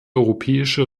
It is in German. europäische